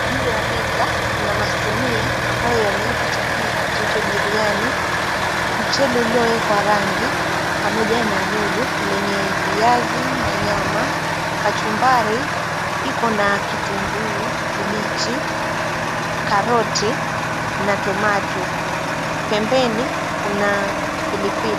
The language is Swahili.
Juu ya meza kuna masinia ambayo yamewekwa chakula kiitwacho biriani, mchele uliowekwa rangi, pamoja na rojo lenye viazi na nyama, kachumbari iko na kitunguu kibichi, karoti na tomato . Pembeni kuna pilipili.